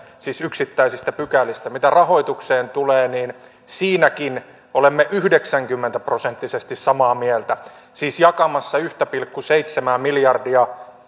siis yksittäisistä pykälistä mitä rahoitukseen tulee niin siinäkin olemme yhdeksänkymmentä prosenttisesti samaa mieltä siis jakamassa yhtä pilkku seitsemää miljardia